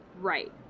Right